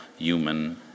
human